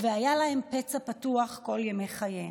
והיה להם פצע פתוח כל ימי חייהם.